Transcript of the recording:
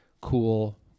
cool